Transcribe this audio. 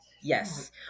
Yes